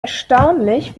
erstaunlich